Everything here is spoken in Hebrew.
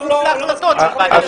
זה כפוף להחלטות של ועדת ההסכמות.